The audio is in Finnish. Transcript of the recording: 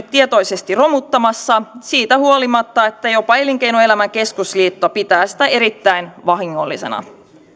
tietoisesti romuttamassa siitä huolimatta että jopa elinkeinoelämän keskusliitto pitää sitä erittäin vahingollisena